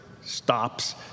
stops